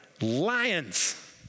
lions